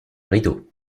rideau